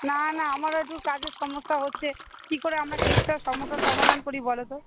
না না আমারও একটু কাজের সমস্যা হচ্ছে কী করে আমরা কেসটার সমস্যা সমাধান করি বলো তো